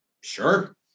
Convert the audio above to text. Sure